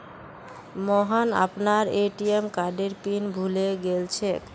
मोहन अपनार ए.टी.एम कार्डेर पिन भूले गेलछेक